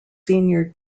senior